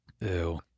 Ew